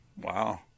Wow